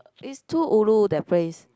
is too ulu that place